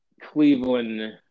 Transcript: Cleveland